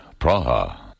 Praha